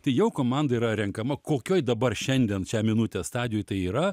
tai jau komanda yra renkama kokioj dabar šiandien šią minutę stadijoj tai yra